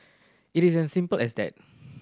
it is as simple as that